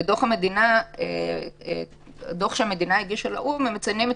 בדוח שהמדינה הגישה לאו"ם הם מציינים את